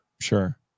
Sure